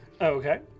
Okay